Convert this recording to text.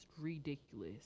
ridiculous